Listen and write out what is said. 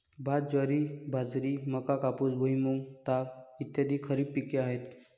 भात, ज्वारी, बाजरी, मका, कापूस, भुईमूग, ताग इ खरीप पिके आहेत